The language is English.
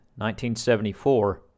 1974